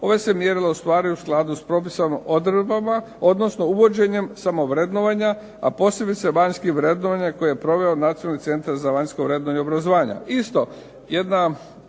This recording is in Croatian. ova se mjerila ostvaruju u skladu s propisanim odredbama, odnosno uvođenjem samo vrednovanja, a posebice vanjskim vrednovanjem koje je proveo nacionalni centar za vanjsko vrednovanje i obrazovanja.